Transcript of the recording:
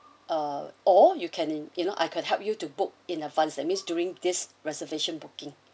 uh or you can you know I could help you to book in advance that means during this reservation booking